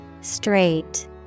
straight